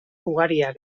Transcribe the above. ugariak